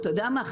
אתה יודע מה,